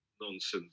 nonsense